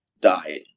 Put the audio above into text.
died